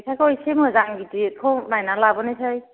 जेखाइखौ एसे मोजां गिदिरखौ नायनानै लाबोनोसै